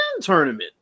tournament